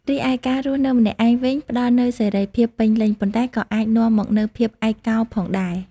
រីឯការរស់នៅម្នាក់ឯងវិញ ផ្ដល់នូវសេរីភាពពេញលេញ ប៉ុន្តែក៏អាចនាំមកនូវភាពឯកកោផងដែរ។